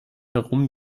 herum